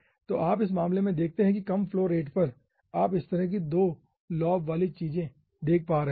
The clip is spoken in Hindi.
तो आप इस मामले में देखते है की कम फ्लो रेट पर आप इस तरह की एक दो लोब वाली चीजें देख पा रहे हैं